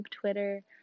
Twitter